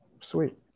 sweet